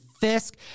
Fisk